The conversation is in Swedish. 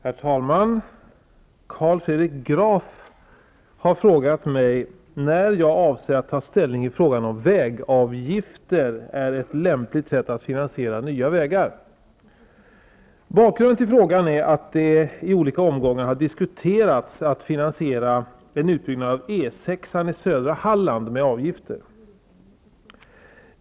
Herr talman! Carl Fredrik Graf har frågat mig när jag avser att ta ställning i frågan om vägavgifter är ett lämpligt sätt att finansiera nya vägar. Bakgrunden till frågan är att det i olika omgångar diskuterats att finansiera en utbyggnad av E 6 i södra Halland med avgifter.